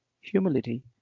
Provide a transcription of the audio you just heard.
humility